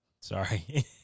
Sorry